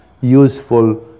useful